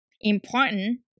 important